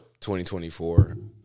2024